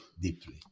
deeply